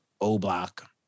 O-Block